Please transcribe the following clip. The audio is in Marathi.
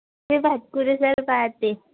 मी भातकुले सर पहाते